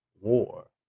war